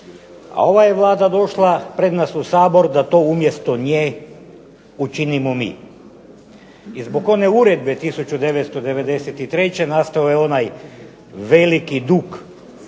a ova Vlada je došla pred nas u Sabor da to umjesto nje učinimo mi. I zbog one uredbe 1993. nastao je onaj veliki dug